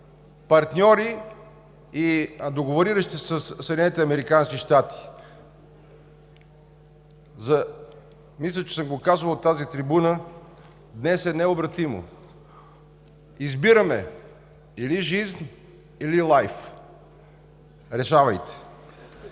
партньори и договориращи се със САЩ. Мисля, че съм го казвал от тази трибуна – днес е необратимо! Избираме или „жизнъ“, или „лайф“. Решавайте!